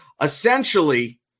essentially